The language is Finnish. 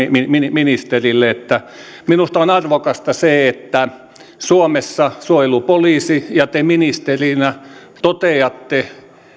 ministerille että minusta on arvokasta se että suomessa suojelupoliisi ja te ministerinä toteatte